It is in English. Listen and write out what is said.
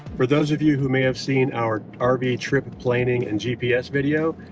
for those of you who may have seen our our rv trip planning and gps video,